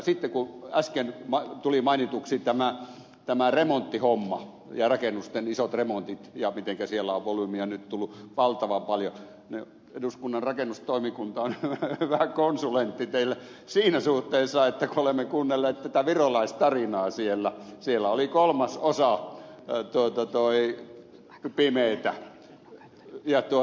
sitten kun äsken tuli mainituksi tämä remonttihomma ja rakennusten isot remontit ja mitenkä siellä on volyymia nyt tullut valtavan paljon niin eduskunnan rakennustoimikunta on vähän konsulentti teille siinä suhteessa että kun olemme kuunnelleet tätä virolaistarinaa siellä siellä oli kolmas osaa tai tuotantoihin pimeitä kolmasosa pimeätä